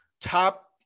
top